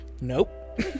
Nope